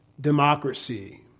democracy